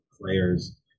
players